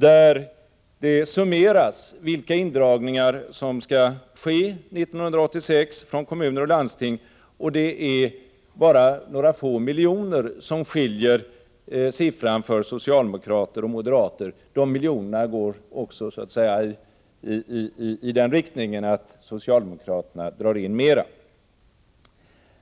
Där summeras vilka indragningar som skall ske från kommuner och landsting 1986. Bara några få miljoner skiljer socialdemokraternas belopp från moderaternas. De miljonerna går i den riktningen att socialdemokraterna drar in mer.